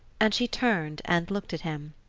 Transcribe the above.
and she turned and looked at him.